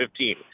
2015